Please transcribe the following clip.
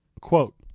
Quote